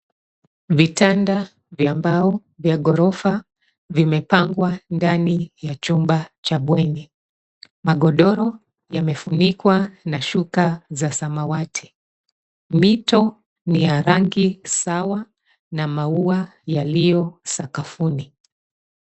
Vitanda vya mbao vya ghorofa vimepangwa ndani ya chumba cha bweni. Magodoro yamefunikwa na shuka za samawati. Mito ni ya rangi sawa na maua yaliyo sakafuni.